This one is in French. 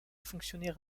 fonctionner